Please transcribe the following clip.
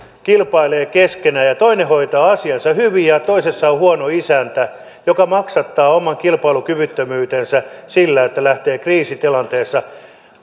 kilpailee keskenään ja toinen hoitaa asiansa hyvin ja toisessa on huono isäntä joka maksattaa oman kilpailukyvyttömyytensä sillä että lähtee kriisitilanteessa